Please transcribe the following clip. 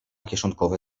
kieszonkowe